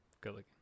good-looking